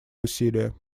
усилия